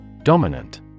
Dominant